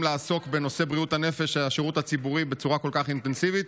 לעסוק בנושא בריאות הנפש בשירות הציבורי בצורה כל כך אינטנסיבית,